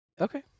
Okay